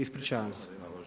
Ispričavam se.